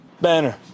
Banner